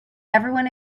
everyone